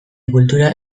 kultura